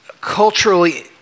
culturally